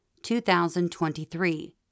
2023